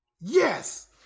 yes